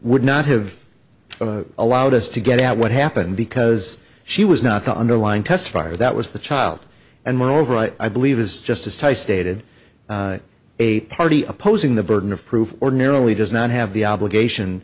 would not have allowed us to get out what happened because she was not the underlying test fire that was the child and moreover i believe is just as ty stated a party opposing the burden of proof ordinarily does not have the obligation